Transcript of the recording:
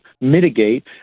mitigate